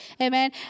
Amen